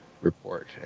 report